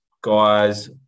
guys